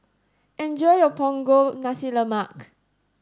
enjoy your Punggol Nasi Lemak